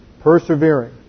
Persevering